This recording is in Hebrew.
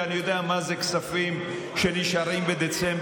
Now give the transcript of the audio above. ואני יודע מה זה כספים שנשארים בדצמבר,